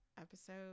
episode